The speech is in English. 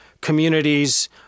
communities